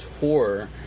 tour